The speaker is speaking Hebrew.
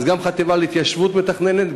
אז גם החטיבה להתיישבות מתכננת,